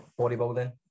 bodybuilding